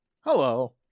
Hello